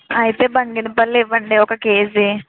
అయితే బంగినపల్లి ఇవ్వండి ఒక కేజీ